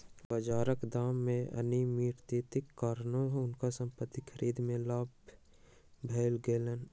बाजारक दाम मे अनियमितताक कारणेँ हुनका संपत्ति खरीद मे लाभ भ गेलैन